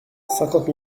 cinquante